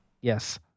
Yes